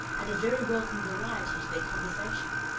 and a very welcome variety to their conversation,